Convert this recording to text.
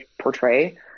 portray